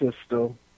system